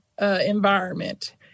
environment